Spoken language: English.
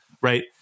right